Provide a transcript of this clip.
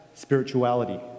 spirituality